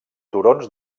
turons